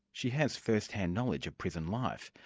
she has first-hand knowledge of prison life.